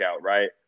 right